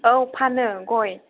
औे फानो गय